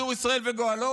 צור ישראל וגואלו,